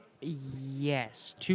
Yes